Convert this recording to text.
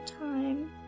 time